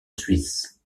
suisse